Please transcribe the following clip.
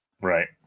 Right